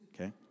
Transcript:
okay